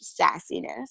sassiness